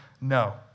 no